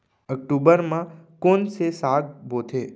अक्टूबर मा कोन से साग बोथे?